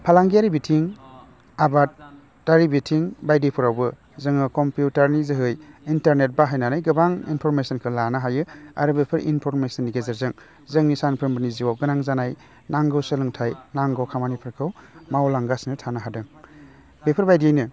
फालांगियारि बिथिं आबादारि बिथिं बायदिफोरावबो जोङो कम्पिउटारनि जोहै इन्टारनेट बाहायनानै गोबां इनर्फमेसनखौ लानो हायो आरो बेफोर इनर्फमेसननि गेजेरजों जोंनि सानफ्रोमबोनि जिउआव गोनां जानाय नांगौ सोलोंथाइ नांगौ खामानिफोरखौ मावलांगासिनो थानो हादों बेफोर बायदियैनो